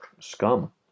scum